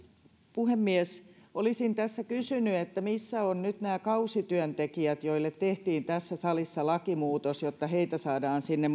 puhemies olisin tässä kysynyt missä ovat nyt nämä kausityöntekijät joille tehtiin tässä salissa lakimuutos jotta heitä saadaan sinne